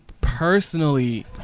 personally